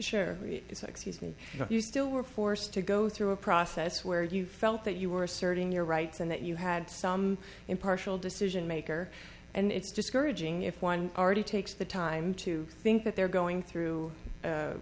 the excuse me you still were forced to go through a process where you felt that you were asserting your rights and that you had some impartial decision maker and it's discouraging if one party takes the time to think that they're going through a